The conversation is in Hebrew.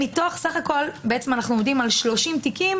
אנחנו בעצם עומדים על 30 תיקים